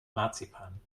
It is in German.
marzipan